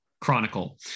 Chronicle